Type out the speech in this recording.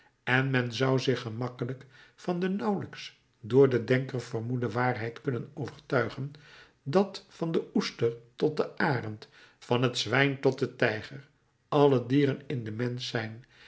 en men zou zich gemakkelijk van de nauwelijks door den denker vermoede waarheid kunnen overtuigen dat van de oester tot den arend van het zwijn tot den tijger alle dieren in den mensch zijn